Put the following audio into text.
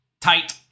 tight